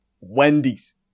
Wendy's